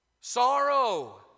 Sorrow